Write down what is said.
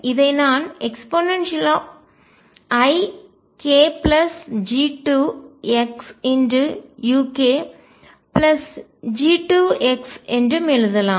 இதை நான் eikG2xukG2 என்றும் எழுதலாம்